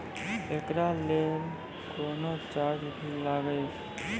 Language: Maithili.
एकरा लेल कुनो चार्ज भी लागैये?